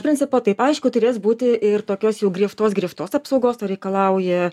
principo taip aišku turės būti ir tokios jau griežtos griežtos apsaugos to reikalauja